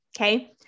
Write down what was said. Okay